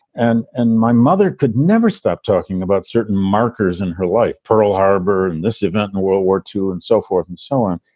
and and my mother could never stop talking about certain markers in her life. pearl harbour and this event in world war two and so forth and so on.